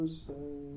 say